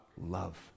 love